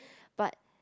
but